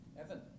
Evan